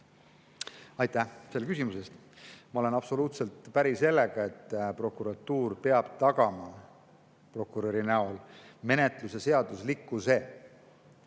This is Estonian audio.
selle küsimuse eest! Ma olen absoluutselt päri sellega, et prokuratuur peab tagama prokuröri abil menetluse seaduslikkuse.